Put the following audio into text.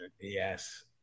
Yes